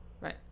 Right